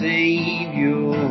Savior